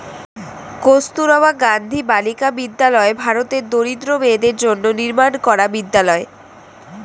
কস্তুরবা গান্ধী বালিকা বিদ্যালয় ভারতের দরিদ্র মেয়েদের জন্য নির্মাণ করা বিদ্যালয়